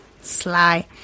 Sly